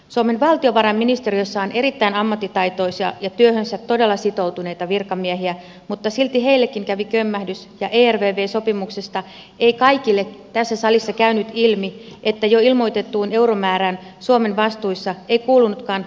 suomen valtiovarainministeriössä on erittäin ammattitaitoisia ja työhönsä todella sitoutuneita virkamiehiä mutta silti heillekin kävi kömmähdys ja ervv sopimuksesta ei kaikille tässä salissa käynyt ilmi että jo ilmoitettuun euromäärään suomen vastuissa eivät kuuluneetkaan kulut ja korot